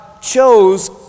chose